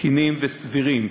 תקינים וסבירים,